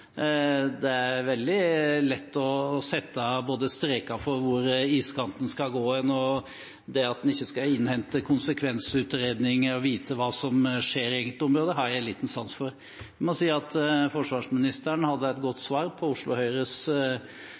Det er veldig lett å sette strek for hvor iskanten skal gå, at en ikke skal innhente konsekvensutredning og vite hva som egentlig skjer på området – det har jeg lite sans for. Jeg må si at forsvarsministeren hadde et godt svar på Oslo Høyres